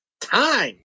time